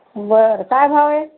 बरं काय भाव आहे